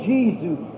Jesus